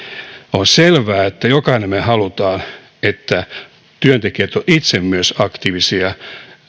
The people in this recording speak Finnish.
on selvää että jokainen me haluamme että työntekijät ovat myös itse aktiivisia